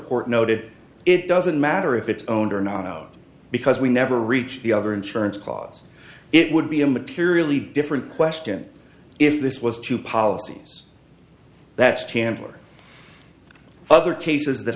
court noted it doesn't matter if it's own or not because we never reached the other insurance clause it would be a materially different question if this was two policies that's chandler other cases th